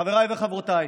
חבריי וחברותיי,